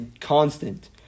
constant